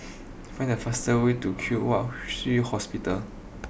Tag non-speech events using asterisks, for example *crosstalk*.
*noise* find the fastest way to Kwong Wai Shiu Hospital